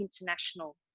International